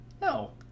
No